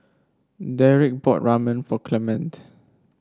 Derek bought Ramen for Clemente